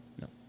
No